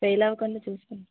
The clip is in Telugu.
ఫెయిల్ అవ్వకుండా చూసుకు